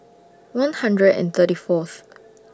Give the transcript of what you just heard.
one hundred and thirty Fourth